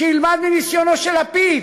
שילמד מניסיונו של לפיד.